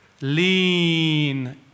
Lean